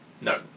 No